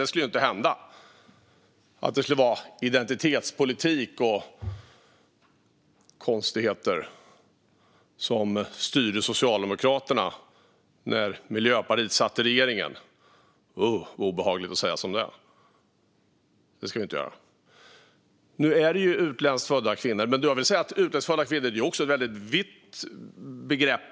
Det kunde inte hända att identitetspolitik och konstigheter styrde Socialdemokraterna när Miljöpartiet satt i regeringen. Vad obehagligt att säga som det är - det ska vi inte göra! Nu är det fråga om utländskt födda kvinnor. Men jag ska säga att utländskt födda kvinnor är ett vitt begrepp.